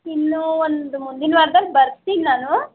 ಇನ್ನೂ ಒಂದು ಮುಂದಿನ ವಾರದಲ್ಲಿ ಬರ್ತೀನಿ ನಾನು